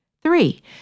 Three